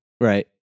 Right